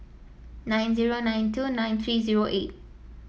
nine zero nine two nine three zero eight